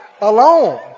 alone